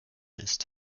ist